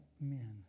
men